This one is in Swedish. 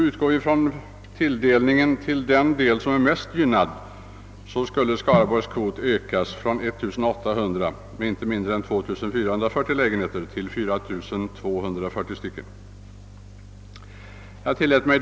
Utgår vi från tilldelningen till den del av landet som är mest gynnad skulle Skaraborgs läns kvot ökas med inte mindre än 2 440 lägenheter från 1 800 till 4 240.